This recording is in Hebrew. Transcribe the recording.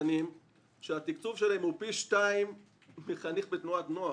קטנים שהתקצוב שלהם הוא פי שניים מהתקצוב של חניך בתנועת נוער.